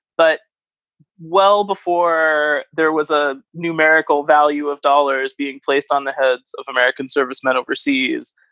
but well, before there was a numerical value of dollars being placed on the heads of american servicemen overseas,